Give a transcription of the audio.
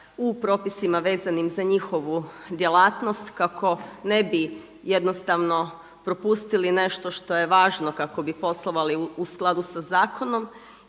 u propisima vezanim za njihovu djelatnost kako ne bi jednostavno propustili nešto što je važno kako bi poslovali u skladu sa zakonom.